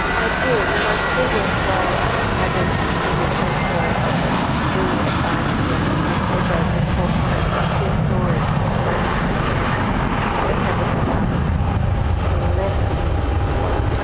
i did, in my previous role um as a media defence lawyer in london we advised the new york times. they broke, of course, one of the key stories in the phone hacking scandal in september two thousand but and eleven, i think it was. ah